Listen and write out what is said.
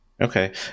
Okay